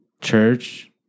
church